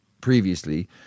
previously